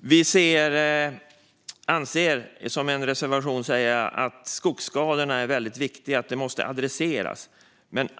Vi anser, som en reservation säger, att skogsskadorna är väldigt viktiga och måste adresseras.